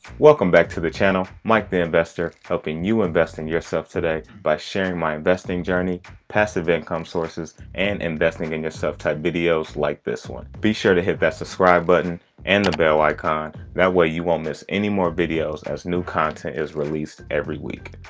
welcome back to the channel, mike the investor helping you invest in yourself today by sharing my investing journey, passive income sources and investing and yourself type videos like this one. be sure to hit that subscribe button and the bell icon that way you won't miss anymore videos as new content is released every week.